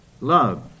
love